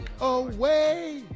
away